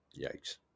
Yikes